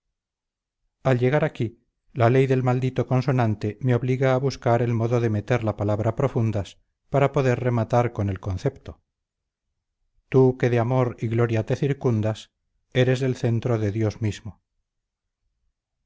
al llegar aquí la ley del maldito consonante me obliga a buscar el modo de meter la palabra profundas para poder rematar con el concepto apretándose los ijares rompió d beltrán en una tan fuerte risa que el bueno de